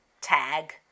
tag